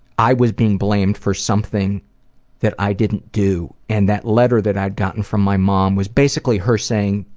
i was being blamed for something that i didn't do. and that letter that i'd gotten from my mom was basically her saying,